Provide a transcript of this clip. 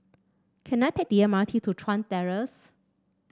can I take the M R T to Chuan Terrace